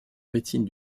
médecine